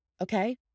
okay